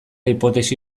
hipotesi